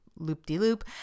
loop-de-loop